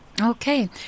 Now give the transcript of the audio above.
Okay